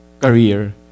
career